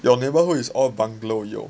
your neighborhood is all bungalow [one] yo